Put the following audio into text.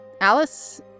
Alice